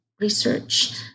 research